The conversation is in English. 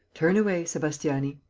turn away, sebastiani.